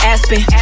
Aspen